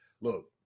Look